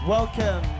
Welcome